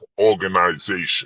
organization